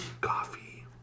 Coffee